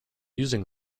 using